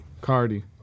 Cardi